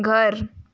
घर